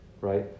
Right